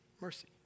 mercy